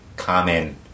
common